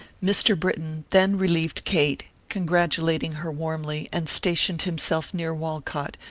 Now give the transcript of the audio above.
mr. britton then relieved kate, congratulating her warmly, and stationed himself near walcott,